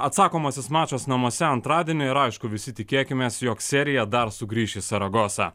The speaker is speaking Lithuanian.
atsakomasis mačas namuose antradienį ir aišku visi tikėkimės jog serija dar sugrįš į saragosą